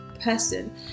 person